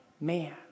man